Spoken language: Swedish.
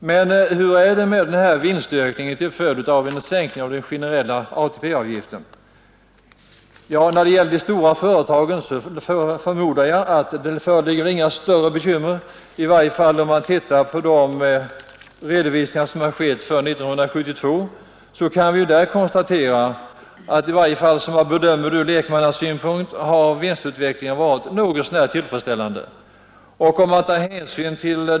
Men hur är det med vinstökningen till följd av en sänkning av den generella ATP-avgiften? För de stora företagen förmodar jag att det inte föreligger några större bekymmer. När man tittar på redovisningarna för år 1972 kan man konstatera att vinstutvecklingen — i varje fall som jag bedömer det från lekmannasynpunkt — har varit något så när tillfredsställande.